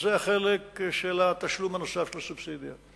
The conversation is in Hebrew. זה החלק של התשלום הנוסף של הסובסידיה.